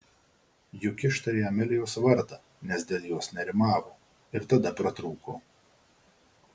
juk ištarė amelijos vardą nes dėl jos nerimavo ir tada pratrūko